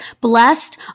Blessed